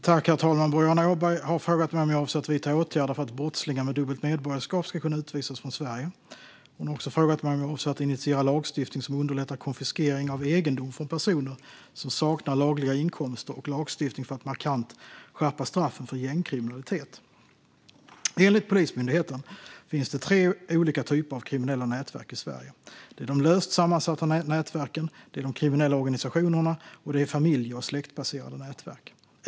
Herr talman! Boriana Åberg har frågat mig om jag avser att vidta åtgärder för att brottslingar med dubbelt medborgarskap ska kunna utvisas från Sverige. Hon har också frågat mig om jag avser att initiera lagstiftning som underlättar konfiskering av egendom från personer som saknar lagliga inkomster och lagstiftning för att markant skärpa straffen för gängkriminalitet. Enligt Polismyndigheten finns det tre olika typer av kriminella nätverk i Sverige. Det är löst sammansatta nätverk, kriminella organisationer och familje och släktbaserade nätverk.